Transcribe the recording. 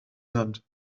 sind